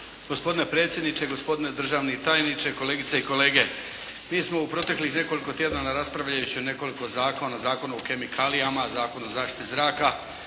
Gospodine predsjedniče, gospodine državni tajniče, kolegice i kolege. Mi smo u proteklih nekoliko tjedana raspravljajući o nekoliko zakona Zakonu o kemikalijama, Zakonu o zaštiti zraka